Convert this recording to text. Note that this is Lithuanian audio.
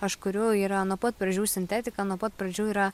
aš kuriu yra nuo pat pradžių sintetika nuo pat pradžių yra